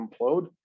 implode